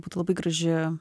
būtų labai graži